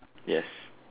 yes